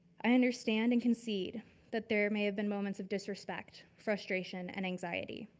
i understand and concede that there may have been moments of disrespect, frustration and anxiety.